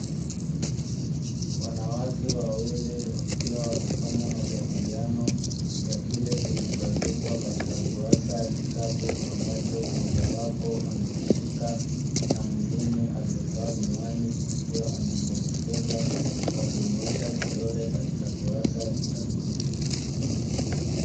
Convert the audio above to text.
Wanawake wawili wakiwa wanafanya majadiliano, ya kile kilichoandikwa katika kurasa ya kitabu ambacho mojawapo amekishika na mwingine aliyevaa miwani akiwa anamuelekeza kwa kunyoosha kidole katika kurasa ya kitabu hicho.